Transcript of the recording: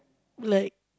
like